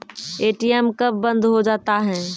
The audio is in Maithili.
ए.टी.एम कब बंद हो जाता हैं?